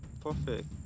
perfect